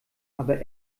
aber